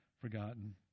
forgotten